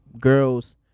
girls